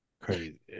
crazy